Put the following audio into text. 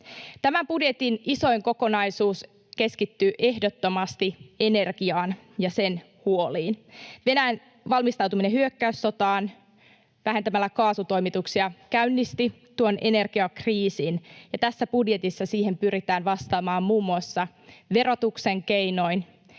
Tämän budjetin isoin kokonaisuus keskittyy ehdottomasti energiaan ja huoliin siitä. Venäjän valmistautuminen hyökkäyssotaan vähentämällä kaasutoimituksia käynnisti tuon energiakriisin, ja tässä budjetissa siihen pyritään vastaamaan muun muassa verotuksen keinoin